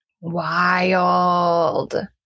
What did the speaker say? Wild